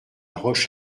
roche